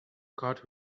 card